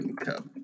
Cup